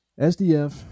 sdf